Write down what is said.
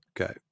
Okay